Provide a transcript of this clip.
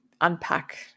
unpack